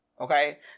Okay